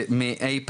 מאי פעם.